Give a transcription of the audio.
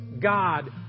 God